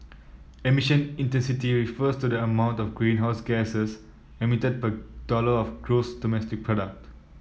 emission intensity refers to the amount of greenhouses gas emitted per dollar of gross domestic product